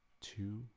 two